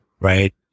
Right